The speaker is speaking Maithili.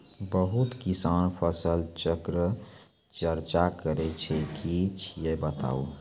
बहुत किसान फसल चक्रक चर्चा करै छै ई की छियै बताऊ?